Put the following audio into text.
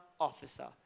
officer